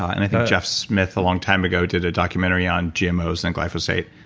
and i think jeff smith a long time ago did a documentary on gmos and glyphosate.